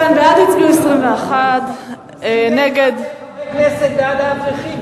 21 חברי כנסת בעד האברכים.